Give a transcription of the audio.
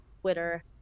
Twitter